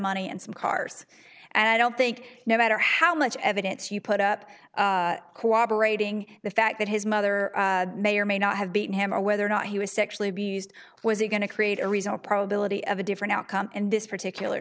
money and some cars and i don't think no matter how much evidence you put up cooperating the fact that his mother may or may not have beaten him or whether or not he was sexually abused was he going to create a result probability of a different outcome in this particular